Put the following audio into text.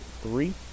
three